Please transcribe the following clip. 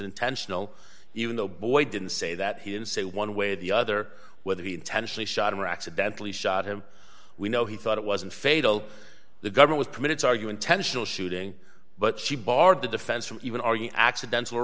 intentional even though boy didn't say that he didn't say one way or the other whether he intentionally shot him or accidentally shot him we know he thought it wasn't fatal the governor was permitted to argue intentional shooting but she barred the defense from even argue accidental